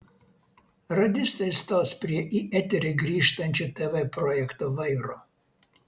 radistai stos prie į eterį grįžtančio tv projekto vairo